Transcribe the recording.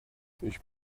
ich